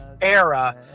era